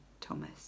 Thomas